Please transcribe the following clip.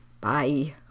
Bye